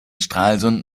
stralsund